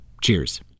Cheers